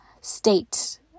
state